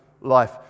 life